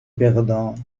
perdants